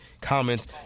comments